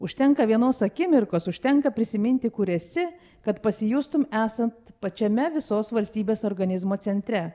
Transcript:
užtenka vienos akimirkos užtenka prisiminti kur esi kad pasijustum esant pačiame visos valstybės organizmo centre